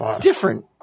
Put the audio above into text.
different